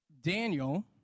Daniel